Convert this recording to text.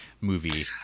movie